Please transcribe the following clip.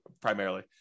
primarily